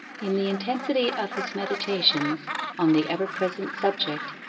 in the intensity of his meditations on the ever-present subject,